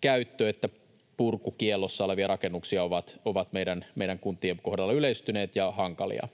käyttö- että purkukiellossa olevia rakennuksia, ovat kuntien kohdalla yleistyneet ja hankalia.